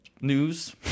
news